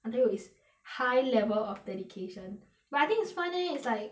until is high level of dedication but I think it's fun leh it's like